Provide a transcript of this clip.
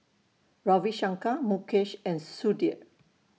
Ravi Shankar Mukesh and Sudhir